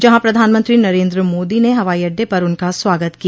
जहां प्रधानमंत्री नरेन्द्र मोदी ने हवाई अड्डे पर उनका स्वागत किया